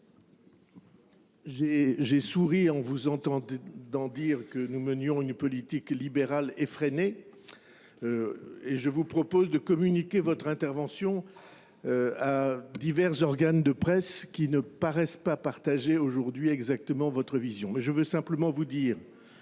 J’ai souri en vous entendant dire que nous menions une politique libérale effrénée… « Orthodoxe »! Je vous propose de communiquer votre intervention à divers organes de presse qui ne semblent pas partager exactement votre vision… Je voudrais simplement vous rappeler